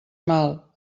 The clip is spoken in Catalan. mal